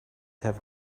have